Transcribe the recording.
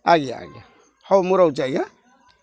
ଆଜ୍ଞା ହଉ ମୁଁ ରହୁଛି ଆଜ୍ଞା